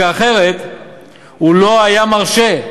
כי אחרת הוא לא היה מרשה,